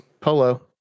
Polo